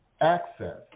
access